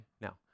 Now